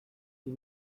die